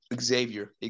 Xavier